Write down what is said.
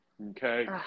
Okay